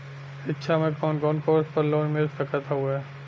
शिक्षा मे कवन कवन कोर्स पर लोन मिल सकत हउवे?